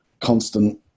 constant